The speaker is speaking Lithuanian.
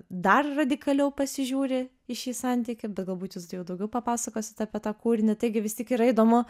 dar radikaliau pasižiūri į šį santykį bet galbūt jūs jau daugiau papasakosit apie tą kūrinį taigi vis tik yra įdomu